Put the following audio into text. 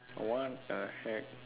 I want a hat